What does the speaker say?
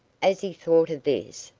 as he thought of this,